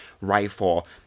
rifle